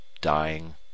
dying